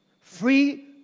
Free